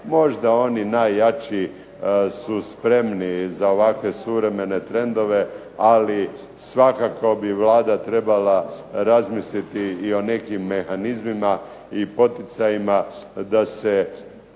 možda oni najjači su spremni za ovakve suvremene trendove, ali svakako bi Vlada trebala razmisliti i o nekim mehanizmima i poticajima da se